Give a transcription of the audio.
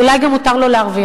ואולי גם מותר לו להרוויח.